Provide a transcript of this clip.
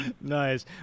Nice